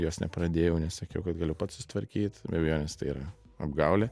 jos nepradėjau nes sakiau kad galiu pats susitvarkyt be abejonės tai yra apgaulė